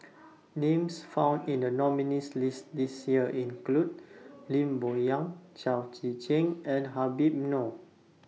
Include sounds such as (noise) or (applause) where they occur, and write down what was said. Names found in The nominees' list This Year include (noise) Lim Bo Yam Chao Tzee Cheng and Habib Noh